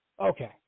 okay